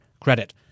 credit